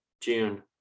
june